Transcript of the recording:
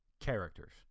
characters